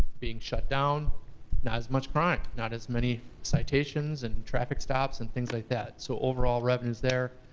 being shut down, not as much crime, not as many citations, and traffic stops, and things like that. so overall revenues there,